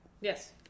Yes